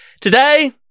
Today